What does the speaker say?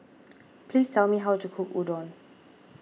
please tell me how to cook Udon